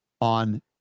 on